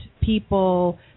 people